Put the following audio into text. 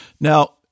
Now